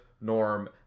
Norm